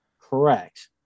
correct